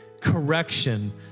correction